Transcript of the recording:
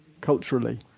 culturally